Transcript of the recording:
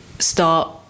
start